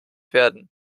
werden